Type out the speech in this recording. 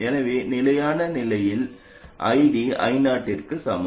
எனவே நிலையான நிலையில் ID I0 க்கு சமம்